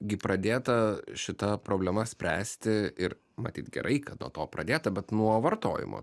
gi pradėta šita problema spręsti ir matyt gerai kad nuo to pradėta bet nuo vartojimo